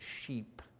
sheep